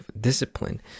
discipline